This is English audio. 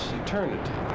eternity